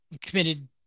committed